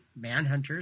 manhunters